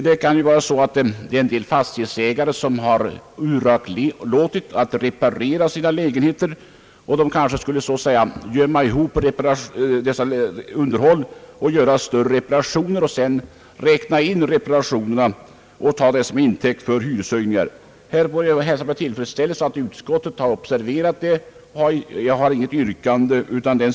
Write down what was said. Det kan ju vara så att en del fastighetsägare har uraktlåtit att reparera sina lägenheter och de kanske på så sätt »gömmer ihop» dessa underhåll, gör större reparationer, räknar in kostnaderna för dessa i hyrorna, dvs. tar dem som intäkt för hyreshöjningar. Jag hälsar därför med tillfredsställelse att utskottet har observerat detta, och jag har inget yrkande på den punkten. Ang.